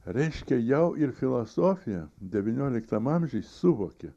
reiškia jau ir filosofija devynioliktam amžiui suvokė